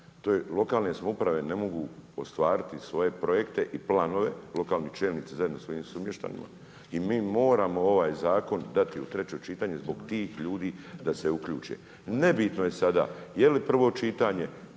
lokalne samouprave ne mogu ostvariti svoje projekte i planove, lokalni čelnici zajedno sa ministrom ništa …/Govornik se ne razumije./… i moramo ovaj zakon dati u treće čitanje zbog tih ljudi da se uključe. Nebitno je sada je li prvo čitanje